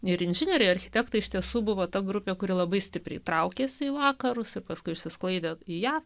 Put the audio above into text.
ir inžinieriai architektai iš tiesų buvo ta grupė kuri labai stipriai traukiasi į vakarus ir paskui išsisklaido į ją